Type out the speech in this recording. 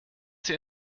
sie